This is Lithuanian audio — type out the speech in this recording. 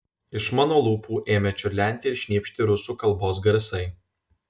iš mano lūpų ėmė čiurlenti ir šnypšti rusų kalbos garsai